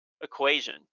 equation